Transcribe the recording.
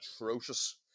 atrocious